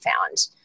found